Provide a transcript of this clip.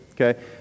Okay